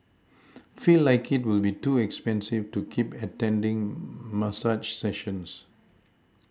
feel like it will be too expensive to keep attending massage sessions